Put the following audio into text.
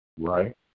Right